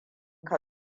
ka